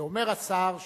כי אומר השר שמתל-אביב,